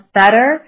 better